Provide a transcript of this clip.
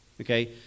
Okay